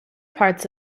parts